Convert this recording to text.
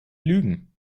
lügen